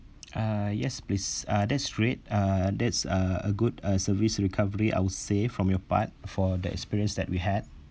uh yes please uh that's great uh that's uh good uh service recovery I would say from your part for the experience that we had